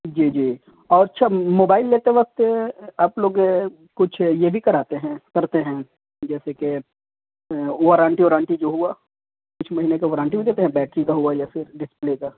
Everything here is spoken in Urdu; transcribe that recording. جی جی اور اچھا موبائل لیتے وقت آپ لوگ کچھ یہ بھی کراتے ہیں کرتے ہیں جیسے کہ وارنٹی اورانٹی جو ہوا کچھ مہینے کا ورنٹی بھی دیتے ہیں بیٹری کا ہوا یا پھر ڈسپلے کا